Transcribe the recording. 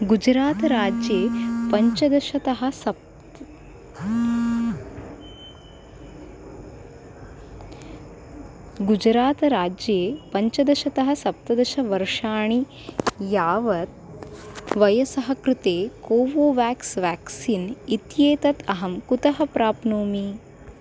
गुजरात् राज्ये पञ्चदशतः सप्त गुजरातराज्ये पञ्चदशतः सप्तदशवर्षाणि यावत् वयसः कृते कोवोवाक्स् व्याक्सीन् इत्येतत् अहं कुतः प्राप्नोमि